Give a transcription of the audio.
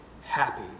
happy